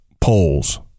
polls